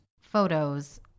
photos